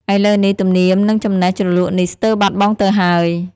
ឥឡូវនេះ ទំនៀម និងចំណេះជ្រលក់នេះស្ទើរបាត់បង់ទៅហើយ។